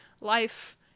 life